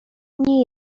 nie